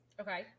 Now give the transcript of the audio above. Okay